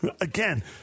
Again